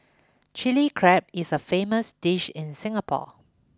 Chilli Crab is a famous dish in Singapore